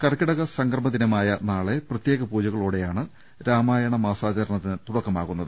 കർക്കിടക സംക്രമ ദിന്മായ നാളെ പ്രത്യേക പൂജ കളോടെയാണ് രാമയണ മാസാചരണത്തിന് തുടക്കമാ വുന്നത്